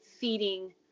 feeding